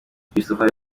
christopher